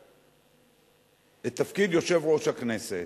את תפקיד יושב-ראש הכנסת.